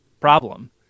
problem